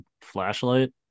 flashlight